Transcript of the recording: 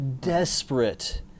desperate